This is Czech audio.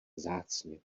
vzácně